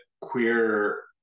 queer